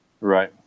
right